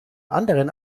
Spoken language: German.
anderen